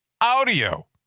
audio